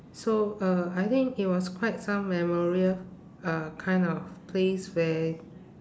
so uh I think it was quite some memorial uh kind of place where